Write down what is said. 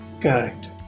Correct